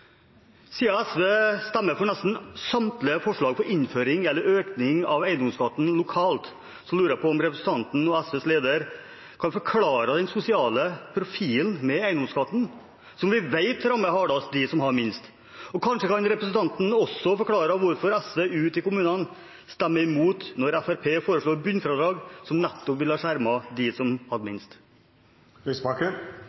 Siden SV stemmer for nesten samtlige forslag om innføring eller økning av eiendomsskatt lokalt, lurer jeg på om SVs leder kan forklare den sosiale profilen med eiendomsskatten, som vi vet rammer hardest dem som har minst. Kanskje kan representanten også forklare hvorfor SV ute i kommunene stemmer imot når Fremskrittspartiet foreslår bunnfradrag, som nettopp ville ha skjermet dem som